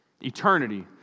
Eternity